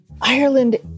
Ireland